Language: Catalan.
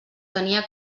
tenia